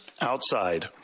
outside